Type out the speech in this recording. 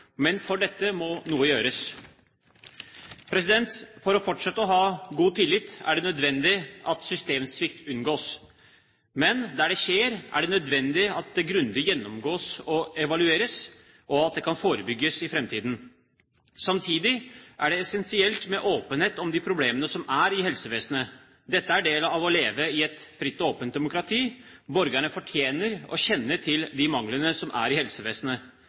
Men for å få dette til må noe gjøres. For at en fortsatt skal ha god tillit, er det nødvendig at systemsvikt unngås. Men der det skjer, er det nødvendig at det grundig gjennomgås og evalueres, slik at det kan forebygges i framtiden. Samtidig er det essensielt med åpenhet om de problemene som er i helsevesenet. Dette er en del av det å leve i et fritt og åpent demokrati. Borgerne fortjener å kjenne til de manglene som er i helsevesenet.